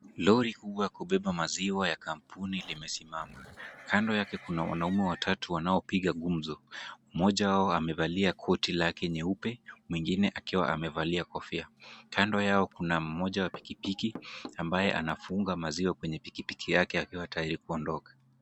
Lori kubwa la kampuni la kubeba maziwa limesimama. Kando yake kuna wanaume watatu wanaopiga gumzo. Mmoja wao amevalia koti lake nyeupe mwingine wamevalia akiwa amevalia kofia. Kando yao kuna mmoja wa pikipiki amevalia ambaye anafunga maziwa kwenye pikipiki yake akiwa tayari kuondoka.